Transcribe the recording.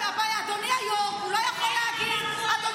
אדוני היו"ר, הוא לא יכול להגיד שאנחנו